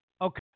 okay